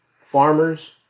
farmers